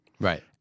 Right